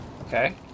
Okay